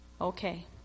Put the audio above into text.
Okay